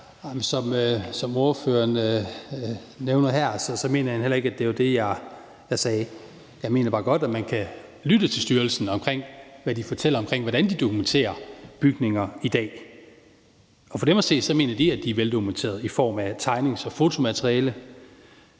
som ordføreren nævner her, mener jeg nu ikke var det, jeg sagde. Jeg mener bare godt, at man kan lytte til styrelsen og høre, hvad de fortæller om, hvordan de dokumenterer bygninger i dag. Og de mener, at de er veldokumenterede i form af tegninger og fotomateriale.